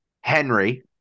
Henry